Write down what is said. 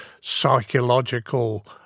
psychological